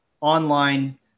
online